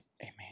Amen